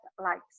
likes